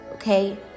Okay